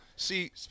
See